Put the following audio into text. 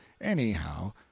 anyhow